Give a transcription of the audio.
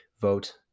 vote